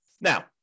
Now